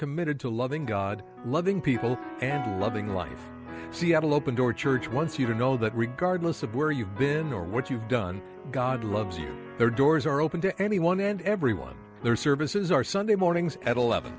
committed to loving god loving people and loving life seattle open door church once you know that regardless of where you've been or what you've done god loves their doors are open to anyone and everyone their services are sunday mornings at eleven